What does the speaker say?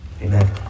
Amen